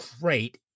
great